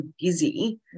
busy